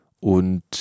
Und